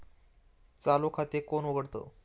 चालू खाते कोण उघडतं?